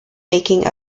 making